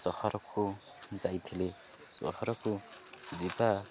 ସହରକୁ ଯାଇଥିଲେ ସହରକୁ ଯିବା